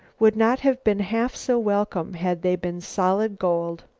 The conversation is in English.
would not have been half so welcome had they been solid gold.